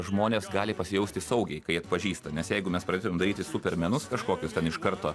žmonės gali pasijausti saugiai kai atpažįsta nes jeigu mes pradedame daryti supermenus kažkokius ten iš karto